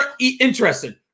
interesting